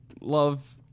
love